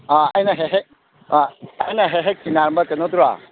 ꯑꯥ ꯑꯩꯅ ꯍꯦꯛ ꯍꯦꯛ ꯑꯥ ꯑꯩꯅ ꯍꯦꯛ ꯍꯦꯛ ꯊꯦꯡꯅꯔꯝꯕ ꯀꯩꯅꯣꯗꯨꯔꯥ